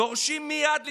דורשים מייד לתקן,